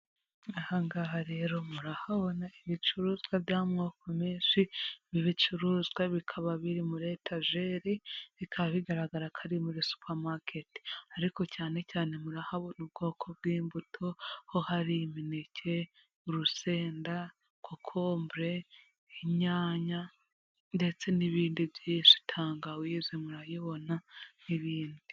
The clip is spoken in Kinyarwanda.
Aha ngaha rero murahabona ibicuruzwa by'amoko menshi, ibi bicuruzwa bikaba biri muri etajeri, bikaba bigaragara ko ari muri super market, ariko cyane cyane murahabona ubwoko bw'imbuto aho hari imineke, urusenda, kokobure, inyanya ndetse n'ibindi byinshi tangawize murayibona n'ibindi.